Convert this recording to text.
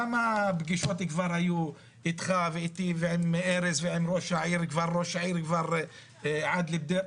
כמה פגישות כבר היו איתך ואיתי ועם ארז ועם ראש העיר עדלי בדייר?